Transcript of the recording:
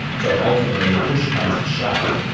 so ultimately if push comes to shove,